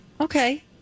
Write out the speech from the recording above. okay